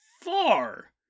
far